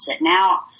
Now